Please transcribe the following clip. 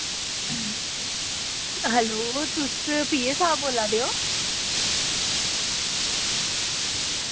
hello तुस PA साहब बोल्ला दे